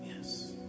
Yes